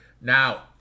Now